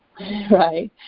right